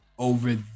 over